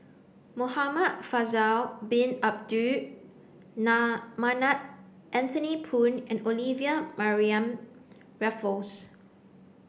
Muhamad Faisal bin Abdul Manap Anthony Poon and Olivia Mariamne Raffles